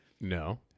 No